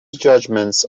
judgements